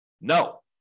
No